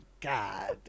God